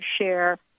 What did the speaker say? share